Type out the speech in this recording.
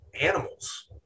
animals